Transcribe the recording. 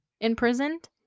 imprisoned